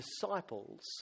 Disciples